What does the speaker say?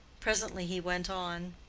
presently he went on,